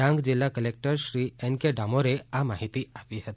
ડાંગ જિલ્લા collector Shri N K ડામોરે આ માહિતી આપી હતી